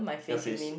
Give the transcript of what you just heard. your face